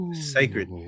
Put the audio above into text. sacred